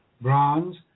bronze